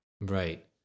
Right